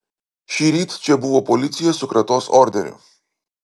šįryt čia buvo policija su kratos orderiu